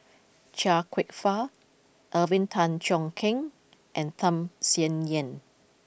Chia Kwek Fah Alvin Tan Cheong Kheng and Tham Sien Yen